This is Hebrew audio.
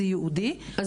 זה ייעודי לניתוח.